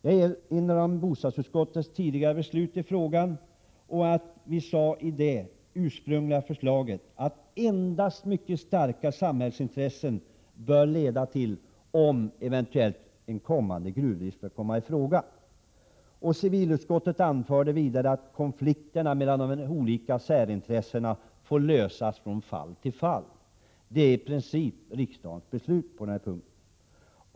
Jag vill erinra om tidigare beslut i frågan. I detta framhölls ”att endast mycket starka samhällsintressen bör leda till att gruvdrift bör komma i fråga”. Civilutskottet anförde vidare att konflikter mellan olika särintressen får lösas från fall till fall. Detta är i princip riksdagens beslut på denna punkt.